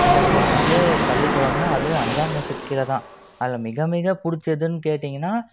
நினைவுகள்னாலே பள்ளிக்கூடம்தான் அதுவும் அஞ்சாங்க கிளாசுக்கு கீழே தான் அதில் மிக மிக பிடிச்சதுன்னு கேட்டீங்கன்னா